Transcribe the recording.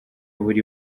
buri